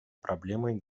проблемой